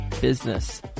business